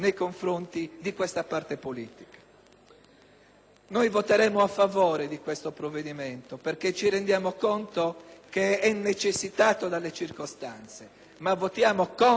Noi voteremo a favore di questo provvedimento perché ci rendiamo conto che esso è necessitato dalle circostanze, ma votiamo contro la politica che il Governo ha attuato